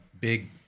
big